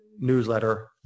newsletter